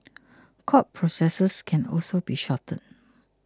court processes can also be shortened